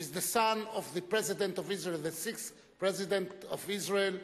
is the son of the sixth President of Israel.